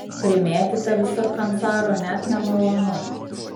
primėtyta visur kancarų net nemalonu